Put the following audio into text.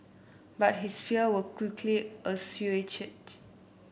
but his fear were quickly assuaged